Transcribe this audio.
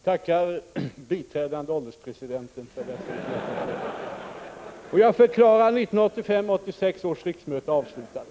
Jag tackar Stig Alemyr. Jag förklarar 1985/86 års riksmöte avslutat.